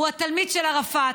הוא התלמיד של ערפאת,